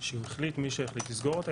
שהחליט מי שהחליט לסגור אותה.